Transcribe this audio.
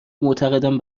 معتقدم